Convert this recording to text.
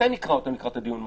נקרא אותן לקראת הדיון מחר?